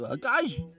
Guys